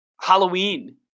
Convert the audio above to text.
Halloween